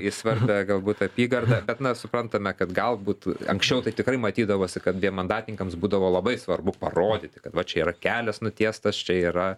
į svarbią galbūt apygardą bet na suprantame kad galbūt anksčiau tai tikrai matydavosi kad vienmandatininkams būdavo labai svarbu parodyti kad va čia yra kelias nutiestas čia yra